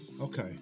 okay